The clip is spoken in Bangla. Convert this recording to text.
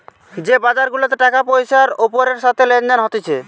যে বাজার গুলাতে টাকা পয়সার ওপরের সাথে লেনদেন হতিছে